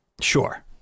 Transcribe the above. Sure